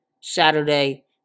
Saturday